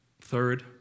Third